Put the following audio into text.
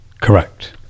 correct